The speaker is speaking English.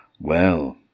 Well